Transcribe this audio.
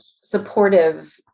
supportive